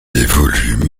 évolue